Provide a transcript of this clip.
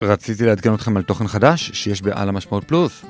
רציתי לעדכן אתכם על תוכן חדש שיש ב"על המשמעות פלוס"